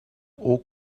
awkward